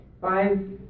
five